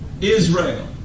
Israel